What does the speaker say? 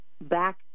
back